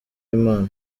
imana